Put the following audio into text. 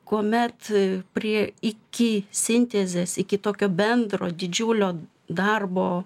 kuomet priė iki sintezės iki tokio bendro didžiulio darbo